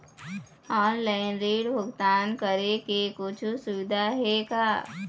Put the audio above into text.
Online ऋण भुगतान करे के कुछू सुविधा हे का?